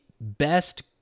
best